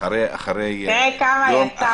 תראה כמה יצאנו בסדר.